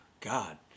God